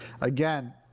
Again